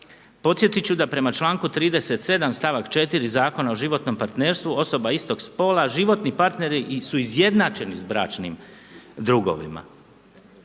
Podsjetit ću da prema članku 37. stavak 4. Zakona o životnom partnerstvu osoba istog spola, životni partneri su izjednačeni s bračnim drugovima.